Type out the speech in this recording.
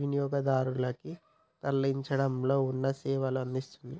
వినియోగదారునికి తరలించడంలో ఉన్న సేవలను అందిస్తుంది